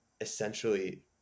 essentially